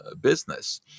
business